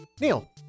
Neil